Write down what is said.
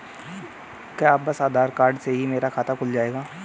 क्या बस आधार कार्ड से ही मेरा खाता खुल जाएगा?